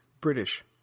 British